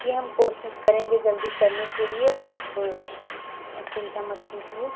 देखिए हम कोशिश करेंगे जल्दी करने के लिए आप इसकी चिंता मत कीजिए